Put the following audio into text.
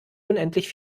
unendlich